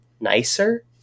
nicer